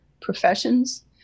professions